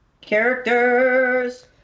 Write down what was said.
Characters